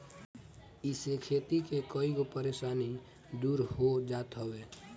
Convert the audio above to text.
इसे खेती के कईगो परेशानी दूर हो जात हवे